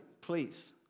please